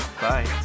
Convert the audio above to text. Bye